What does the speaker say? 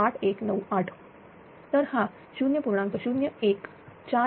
तर हा 0